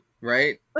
Right